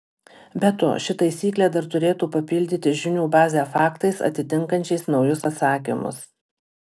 be to ši taisyklė dar turėtų papildyti žinių bazę faktais atitinkančiais naujus atsakymus